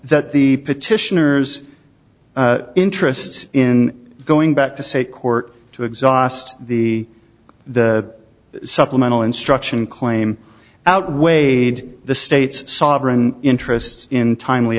that the petitioners interest in going back to say court to exhaust the the supplemental instruction claim outweighed the state's sovereign interests in timely